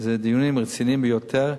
אלה דיונים רציניים ביותר.